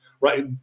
right